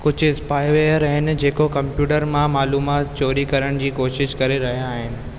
कुझु स्पाइवेयर आहिनि जेको कंप्यूटर मां मालूमाति चोरी करण जी कोशिश करे रहिया आहिनि